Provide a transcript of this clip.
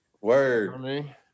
Word